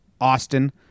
Austin